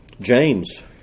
James